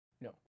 No